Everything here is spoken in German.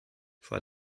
vor